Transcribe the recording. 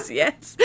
yes